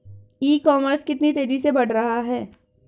ई commerce कितनी तेजी से बढ़ रहा है?